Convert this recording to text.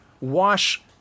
wash